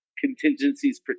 contingencies